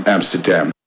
Amsterdam